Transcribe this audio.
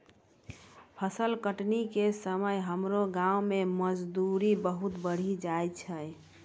फसल कटनी के समय हमरो गांव मॅ मजदूरी बहुत बढ़ी जाय छै